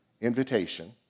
invitation